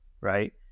right